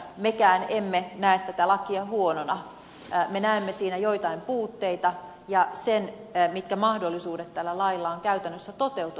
mekään emme näe tätä lakia huonona me näemme siinä joitain puutteita ja sen mitkä mahdollisuudet tällä lailla on käytännössä toteutua